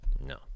No